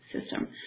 system